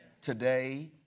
Today